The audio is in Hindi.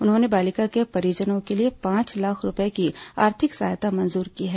उन्होंने बालिका के परिजनों के लिए पांच लाख रूपए की आर्थिक सहायता मंजूर की है